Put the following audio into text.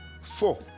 four